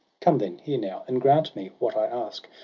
come then, hear now, and grant me what i ask.